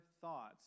thoughts